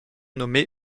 nommé